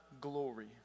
glory